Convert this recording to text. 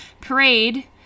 parade